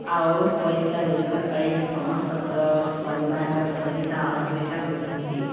ଆଉ ପଇସା ରୋଜଗାର ସମସ୍ତଙ୍କର ପରିବାରର ସୁବିଧା ଅସୁବିଧା ବୁଝନ୍ତି